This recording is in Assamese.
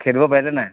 খেদিব পাইছে নাই